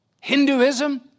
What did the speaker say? Hinduism—